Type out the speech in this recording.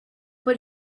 but